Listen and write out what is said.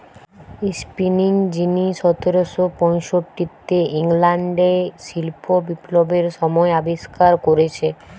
spinning যিনি সতেরশ পয়ষট্টিতে ইংল্যান্ডে শিল্প বিপ্লবের সময় আবিষ্কার কোরেছে